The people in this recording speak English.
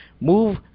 Move